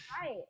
Right